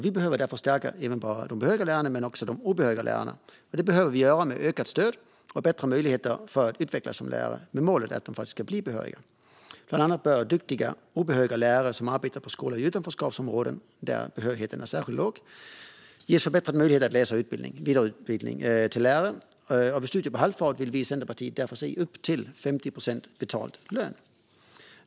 Vi behöver därför stärka inte bara de behöriga lärarna utan också de obehöriga lärarna, och detta behöver vi göra med ökat stöd och bättre möjligheter att utvecklas som lärare, med målet att de ska bli behöriga. Bland annat bör duktiga obehöriga lärare som arbetar på skolor i utanförskapsområden, där behörigheten är särskilt låg, ges förbättrad möjlighet att läsa en vidareutbildning till lärare. Vid studier på halvfart vill vi i Centerpartiet därför se betald lön upp till 50 procent.